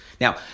Now